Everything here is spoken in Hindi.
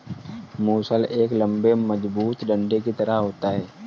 मूसल एक लम्बे मजबूत डंडे की तरह होता है